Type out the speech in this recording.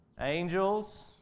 Angels